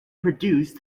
produced